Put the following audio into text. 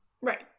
right